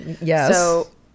yes